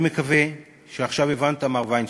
אני מקווה שעכשיו הבנת, מר וינשטיין,